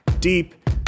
deep